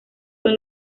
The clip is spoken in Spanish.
son